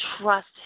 Trust